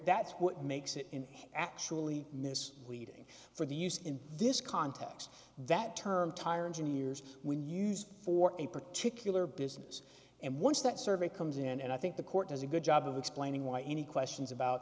that's what makes it an actually mis reading for the use in this context that term tyrant in years when used for a particular business and once that survey comes in and i think the court does a good job of explaining why any questions about